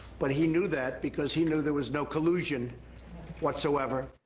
but he knew that, because he knew there was no collusion whatsoever.